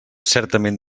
certament